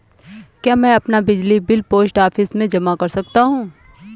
क्या मैं अपना बिजली बिल पोस्ट ऑफिस में जमा कर सकता हूँ?